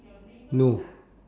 no